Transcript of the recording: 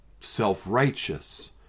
self-righteous